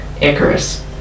Icarus